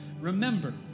Remember